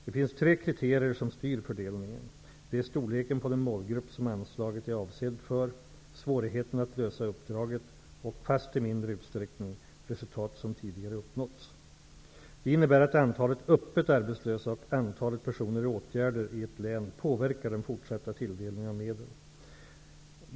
Det finns tre kriterier som styr fördelningen. De är storleken på den målgrupp som anslaget är avsett för, svårigheten att lösa uppdraget och -- fast i mindre utsträckning -- resultat som tidigare uppnåtts. Det innebär att antalet öppet arbetslösa och antalet personer i åtgärder i ett län påverkar den fortsatta tilldelningen av medel.